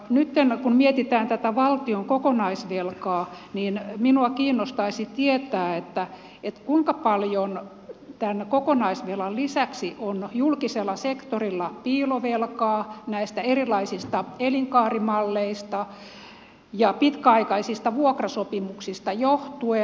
nytten kun mietitään tätä valtion kokonaisvelkaa niin minua kiinnostaisi tietää kuinka paljon tämän kokonaisvelan lisäksi on julkisella sektorilla piilovelkaa näistä erilaisista elinkaarimalleista ja pitkäaikaisista vuokrasopimuksista johtuen